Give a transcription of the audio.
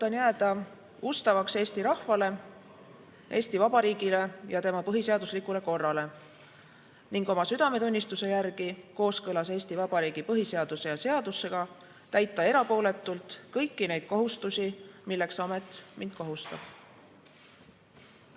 jääda ustavaks Eesti rahvale, Eesti Vabariigile ja tema põhiseaduslikule korrale ning oma südametunnistuse järgi kooskõlas Eesti Vabariigi põhiseaduse ja seadustega täita erapooletult kõiki neid kohustusi, milleks amet mind kohustab.